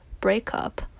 breakup